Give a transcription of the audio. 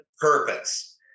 purpose